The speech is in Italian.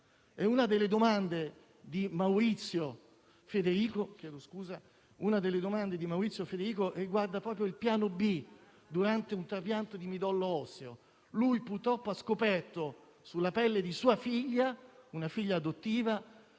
Una delle domande di Maurizio Federico riguarda proprio il piano B durante un trapianto di midollo osseo. Lui purtroppo ha scoperto sulla pelle di sua figlia, una figlia adottiva,